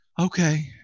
okay